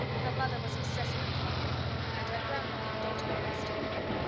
her mother was excessively fond of her and her grandmother doted on her still more.